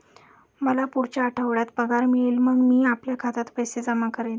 मला पुढच्या आठवड्यात पगार मिळेल मग मी आपल्या खात्यात पैसे जमा करेन